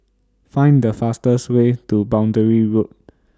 Find The fastest Way to Boundary Road